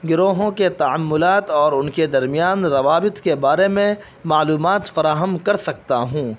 گروہوں کے تعاملات اور ان کے درمیان روابط کے بارے میں معلومات فراہم کر سکتا ہوں